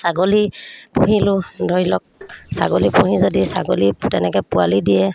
ছাগলী পুহিলোঁ ধৰি লওক ছাগলী পুহি যদি ছাগলী তেনেকৈ পোৱালি দিয়ে